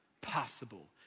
possible